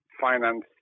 finance